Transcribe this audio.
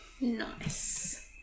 Nice